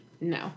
no